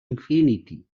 infinity